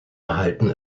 erhalten